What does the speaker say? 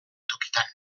tokitan